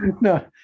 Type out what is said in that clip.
no